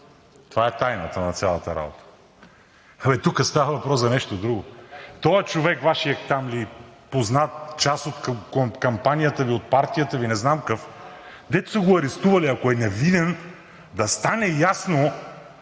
Това е тайната на цялата работа. Абе тук става въпрос за нещо друго. Този човек, Вашият ли познат, част от кампанията Ви, от партията Ви, не знам какъв, дето са го арестували. Ако е невинен, да стане ясно,